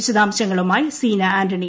വിശദാംശങ്ങളുമായി സീന ആന്റണി